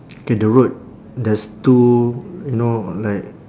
K the road there's two you know like